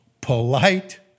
polite